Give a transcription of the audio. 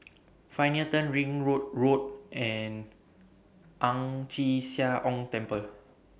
Pioneer Turn Ringwood Road and Ang Chee Sia Ong Temple